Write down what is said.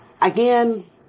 again